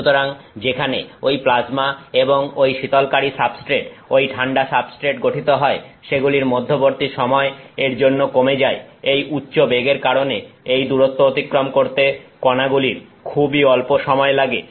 সুতরাং যেখানে ঐ প্লাজমা এবং ঐ শীতলকারী সাবস্ট্রেট ঐ ঠান্ডা সাবস্ট্রেট গঠিত হয় সেগুলির মধ্যবর্তী সময় এর জন্য কমে যায় এই উচ্চবেগের কারণে এই দূরত্ব অতিক্রম করতে কণাগুলির খুবই অল্প সময় লাগে